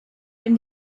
from